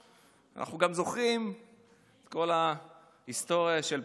אנחנו גם זוכרים את כל ההיסטוריה של פרשת לבון,